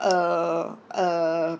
uh uh